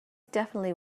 definitely